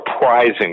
surprising